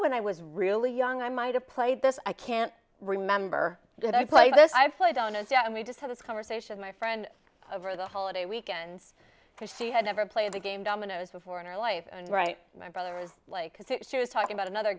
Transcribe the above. when i was really young i might have played this i can't remember did i play this i played on a set and we just had this conversation my friend over the holiday weekend because she had never played a game dominoes before in her life and right my brother was like she was talking about another